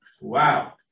Wow